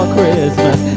Christmas